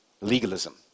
legalism